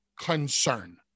concern